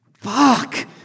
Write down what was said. Fuck